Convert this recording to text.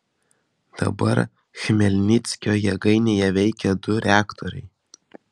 dabar chmelnickio jėgainėje veikia du reaktoriai